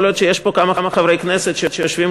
יכול להיות שיש כמה חברי כנסת שיושבים